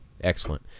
excellent